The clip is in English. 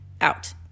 out